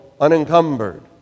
unencumbered